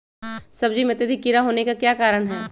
सब्जी में अत्यधिक कीड़ा होने का क्या कारण हैं?